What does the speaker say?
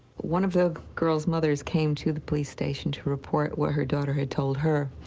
one of the girls mothers came to the police station to report what her daughter had told her.